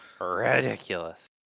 ridiculous